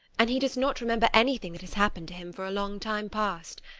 and he does not remember anything that has happened to him for a long time past.